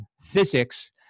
physics